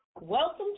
Welcome